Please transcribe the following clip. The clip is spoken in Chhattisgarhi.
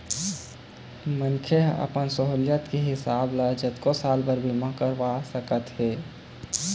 मनखे ह अपन सहुलियत के हिसाब ले जतको साल बर बीमा करवा सकत हे